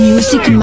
Music